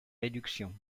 réductions